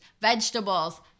vegetables